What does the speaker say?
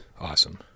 Awesome